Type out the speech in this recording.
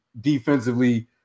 defensively